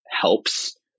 helps